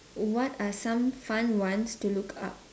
what are some fun ones to look up